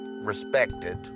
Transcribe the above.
respected